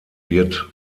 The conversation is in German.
wird